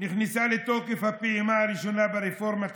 נכנסה לתוקף הפעימה הראשונה ברפורמת